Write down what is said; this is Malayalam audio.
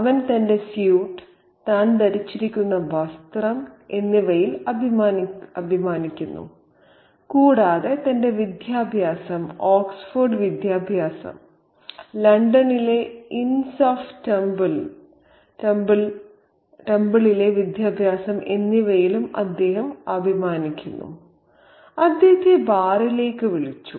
അവൻ തന്റെ സ്യൂട്ട് താൻ ധരിച്ചിരിക്കുന്ന വസ്ത്രം എന്നിവയിൽ അഭിമാനിക്കുന്നു കൂടാതെ തന്റെ വിദ്യാഭ്യാസം ഓക്സ്ഫോർഡ് വിദ്യാഭ്യാസം ലണ്ടനിലെ ഇൻസ് ഓഫ് ടെമ്പിളിലെ വിദ്യാഭ്യാസം എന്നിവയിലും അദ്ദേഹം അഭിമാനിക്കുന്നു അദ്ദേഹത്തെ ബാറിലേക്ക് വിളിച്ചു